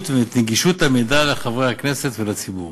ואת נגישות המידע לחברי הכנסת ולציבור.